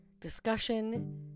discussion